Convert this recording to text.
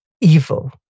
evil